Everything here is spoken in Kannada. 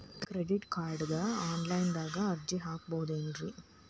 ಕ್ರೆಡಿಟ್ ಕಾರ್ಡ್ಗೆ ಆನ್ಲೈನ್ ದಾಗ ಅರ್ಜಿ ಹಾಕ್ಬಹುದೇನ್ರಿ?